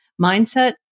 mindset